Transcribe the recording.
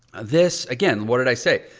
this again, what did i say?